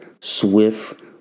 swift